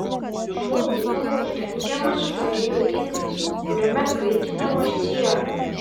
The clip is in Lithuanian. šiuo kupolu uždengiamas žarijų indas kuriame kaitinama siera